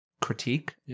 critique